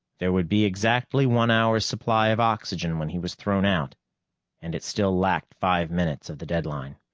there would be exactly one hour's supply of oxygen when he was thrown out and it still lacked five minutes of the deadline.